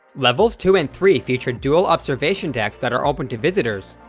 levels two and three feature dual observation decks that are open to visitors,